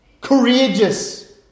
Courageous